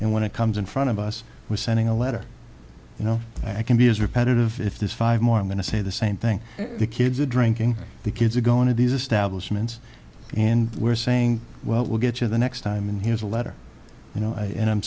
and when it comes in front of us we're sending a letter you know i can be as repetitive if there's five more i'm going to say the same thing the kids are drinking the kids are going to these establishment and we're saying well we'll get you the next time and here's a letter you know and i'm